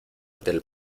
del